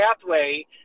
pathway